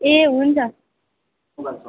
ए हुन्छ